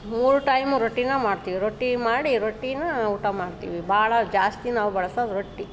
ಮೂರು ಟೈಮ್ ರೊಟ್ಟಿನ ಮಾಡ್ತೀವಿ ರೊಟ್ಟಿ ಮಾಡಿ ರೊಟ್ಟಿನಾ ಊಟ ಮಾಡ್ತೀವಿ ಭಾಳ ಜಾಸ್ತಿ ನಾವು ಬಳ್ಸೋದ್ ರೊಟ್ಟಿ